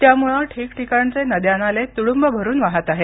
त्यामुळे ठिकठिकाणचे नद्या नाले तुडूंब भरून वाहत आहेत